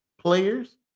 players